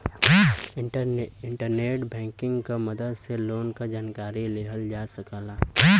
internet banking क मदद से लोन क जानकारी लिहल जा सकला